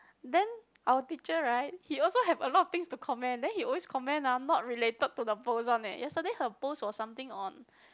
then our teacher right he also have a lot of things to comment then he always comment ah not related to the post one eh yesterday her post was something on